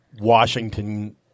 Washington